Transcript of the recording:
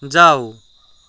जाऊ